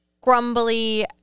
grumbly